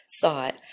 thought